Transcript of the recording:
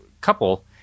couple